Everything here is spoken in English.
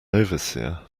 overseer